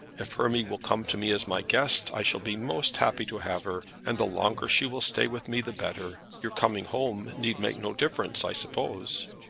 if hermy will come to me as my guest i shall be most happy to have her. and the longer she will stay with me the better. your coming home need make no difference, i suppose.